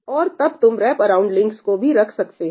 और तब तुम रैपअराउंड लिंक्स को भी रख सकते हो